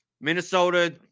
Minnesota